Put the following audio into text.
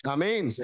Amen